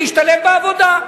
להשתלב בעבודה.